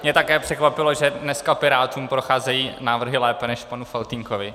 Mě také překvapilo, že dneska Pirátům procházejí návrhy lépe než panu Faltýnkovi.